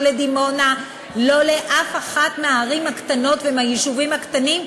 לא לדימונה ולא לאף אחד מהערים הקטנות ומהיישובים הקטנים,